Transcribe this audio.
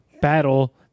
battle